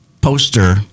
poster